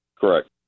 Correct